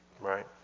Right